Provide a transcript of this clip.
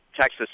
Texas